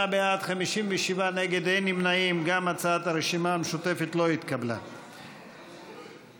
48 הצעת סיעת הרשימה המשותפת להביע אי-אמון בממשלה לא נתקבלה.